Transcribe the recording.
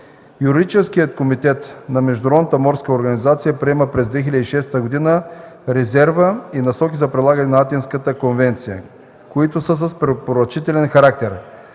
Юридическият комитет на Международната морска организация приема през 2006 г. резерва и насоки за прилагане на Атинската конвенция, които са с препоръчителен характер.